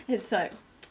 it's like